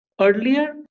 earlier